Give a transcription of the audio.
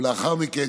ולאחר מכן,